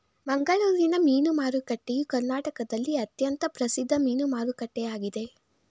ಮಂಗಳೂರಿನ ಮೀನು ಮಾರುಕಟ್ಟೆಯು ಕರ್ನಾಟಕದಲ್ಲಿ ಅತ್ಯಂತ ಪ್ರಸಿದ್ಧ ಮೀನು ಮಾರುಕಟ್ಟೆಯಾಗಿದೆ